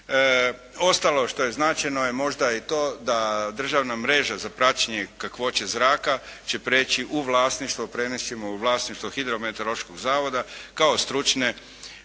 Ostalo što je značajno je možda i to, da državna mreža za praćenje kakvoće zraka će prijeći u vlasništvo, prenijet ćemo u vlasništvo Hidrometeorološkog zavoda kao stručne